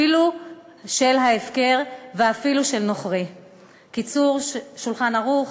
אפילו של הפקר ואפילו של נוכרי"; "קיצור שולחן ערוך",